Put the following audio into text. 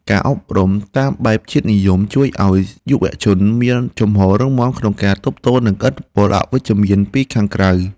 ការអប់រំតាមបែបជាតិនិយមជួយឱ្យយុវជនមានជំហររឹងមាំក្នុងការទប់ទល់នឹងឥទ្ធិពលអវិជ្ជមានពីខាងក្រៅ។